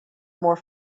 more